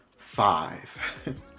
five